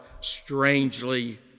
strangely